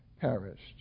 perished